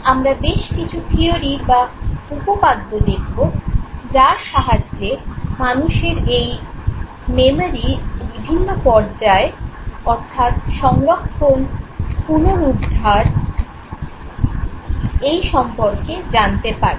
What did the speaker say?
আমরা বেশ কিছু থিয়োরি বা উপপাদ্য দেখবো যার সাহায্যে মানুষের এই "মেমোরি"র বিভিন্ন পর্যায় অর্থাৎ সংরক্ষণ পুনরুদ্ধার এই সম্পর্কে জানতে পারি